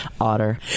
Otter